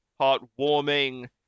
heartwarming